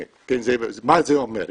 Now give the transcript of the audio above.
ומה זה אומר?